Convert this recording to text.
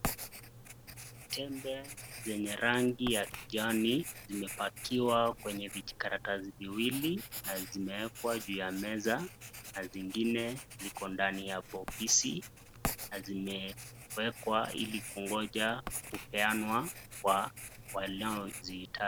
Tempe lenye rangi ya kijani limepangiwa kwenye kijikaratasi viwili, na zimewekwa juu ya meza na zingine ziko ndani ya bokisi, na zimewekwa ili kungoja kupeanwa kwa wanaozitaji.